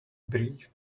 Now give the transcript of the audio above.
breathed